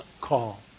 call